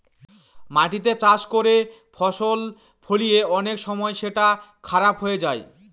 মাটিতে চাষ করে ফসল ফলিয়ে অনেক সময় সেটা খারাপ হয়ে যায়